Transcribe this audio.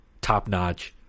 top-notch